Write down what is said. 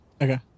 Okay